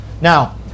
now